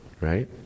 right